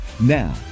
Now